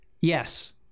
Yes